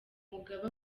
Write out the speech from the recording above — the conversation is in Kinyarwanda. mugaba